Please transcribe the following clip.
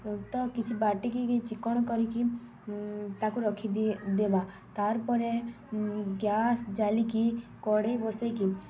ତ କିଛି ବାଟିକି ଚିକ୍କଣ୍ କରିକି ତାକୁ ରଖିି ଦେବା ତାର୍ ପରେରେ ଗ୍ୟାସ୍ ଜଲିକି କଢ଼େଇ ବସେଇକି